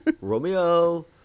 Romeo